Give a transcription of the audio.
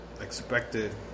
expected